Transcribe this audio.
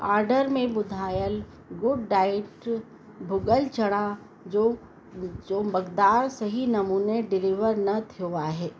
order में ॿुधाइलु good diet भुॻल चणा जो जो मक़दारु सही नमूने डिलीवर न थियो आहे